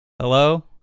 Hello